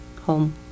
home